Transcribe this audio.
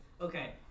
okay